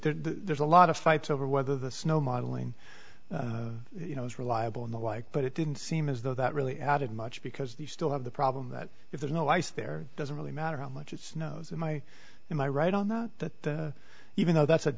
there's a lot of fights over whether the snow modeling you know is reliable and the like but it didn't seem as though that really added much because you still have the problem that if there's no ice there doesn't really matter how much it snows in my in my right on that even though that's a